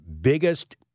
biggest